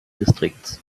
distrikts